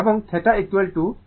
এবং θ θ tan inverse ω L R